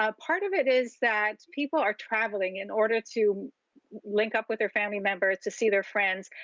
ah part of it is that people are traveling in order to link up with their family members, to see their friends,